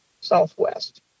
southwest